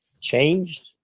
changed